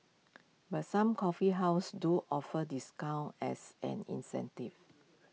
but some coffee houses do offer discounts as an incentive